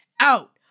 out